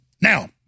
Now